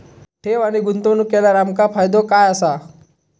ठेव आणि गुंतवणूक केल्यार आमका फायदो काय आसा?